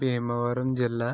భీమవరం జిల్లా